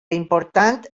important